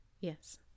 Yes